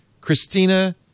Christina